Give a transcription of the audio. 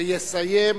ויסיים,